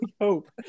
hope